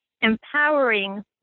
empowering